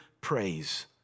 praise